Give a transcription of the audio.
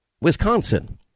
Wisconsin